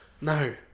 No